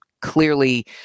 clearly